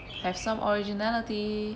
have some originality